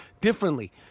differently